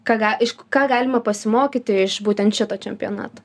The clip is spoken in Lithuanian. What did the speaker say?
ką ga iš ku ką galima pasimokyti iš būtent šito čempionato